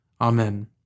Amen